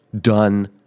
done